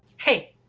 hey,